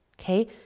Okay